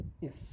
yes